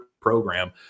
program